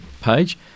page